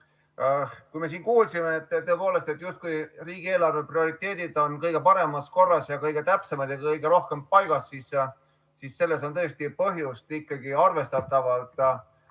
Kui me siin kuulsime, tõepoolest, justkui riigieelarve prioriteedid oleks kõige paremas korras, kõige täpsemad ja kõige rohkem paigas, siis selles on täiesti põhjust ikkagi arvestatavalt